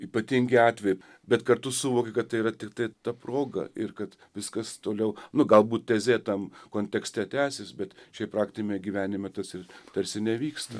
ypatingi atvejai bet kartu suvoki kad tai yra tiktai ta proga ir kad viskas toliau nu galbūt tezė tam kontekste tęsis bet šiaip praktiniame gyvenime tas ir tarsi nevyksta